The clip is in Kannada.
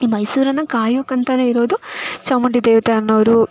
ಈ ಮೈಸೂರನ್ನು ಕಾಯೋಕಂತಲೇ ಇರೋದು ಚಾಮುಂಡಿ ದೇವತೆ ಅನ್ನೋರು